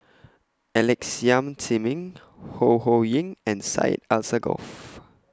Alex Yam Ziming Ho Ho Ying and Syed Alsagoff